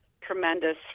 tremendous